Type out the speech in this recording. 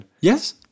Yes